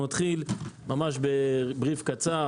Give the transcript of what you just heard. נתחיל בסקירה קצרה.